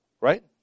Right